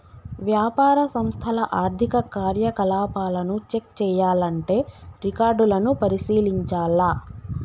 వ్యాపార సంస్థల ఆర్థిక కార్యకలాపాలను చెక్ చేయాల్లంటే రికార్డులను పరిశీలించాల్ల